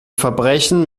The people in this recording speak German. verbrechen